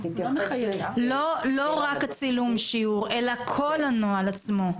לא רק צילום שיעור אלא כל הנוהל עצמו.